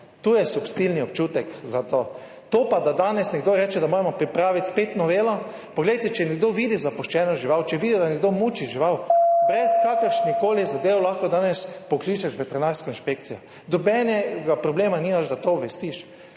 To je substilni občutek za to. To pa, da danes nekdo reče, da moramo pripraviti spet novelo. Poglejte, če nekdo vidi zapuščeno žival, če vidijo, da nekdo muči žival, brez kakršnihkoli zadev lahko danes pokličeš veterinarsko inšpekcijo, nobenega problema nimaš, da to obvestiš,